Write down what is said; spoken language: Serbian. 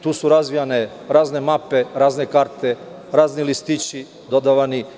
Tu su razvijane razne mape, razne karte, razni listići dodavani.